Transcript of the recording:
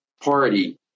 party